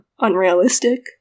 unrealistic